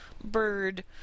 bird